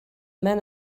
men